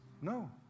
No